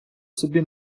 собі